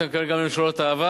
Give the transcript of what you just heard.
אתה מתכוון גם לממשלות העבר,